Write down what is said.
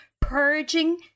purging